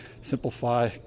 simplify